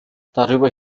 darüber